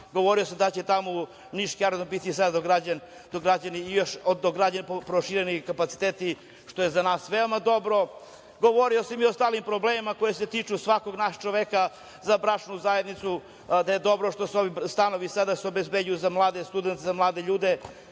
Govorio sam da će tamo niški aerodrom biti sada nadograđen i još prošireni kapaciteti, što je za nas veoma dobro. Govorio sam i o ostalim problemima koji se tiču svakog našeg čoveka, za bračnu zajednicu, da je dobro što se stanovi sada obezbeđuju za mlade studente, za mlade ljude